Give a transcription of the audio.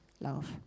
love